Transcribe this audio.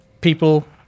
People